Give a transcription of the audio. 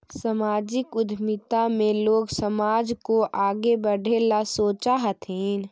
सामाजिक उद्यमिता में लोग समाज को आगे बढ़े ला सोचा हथीन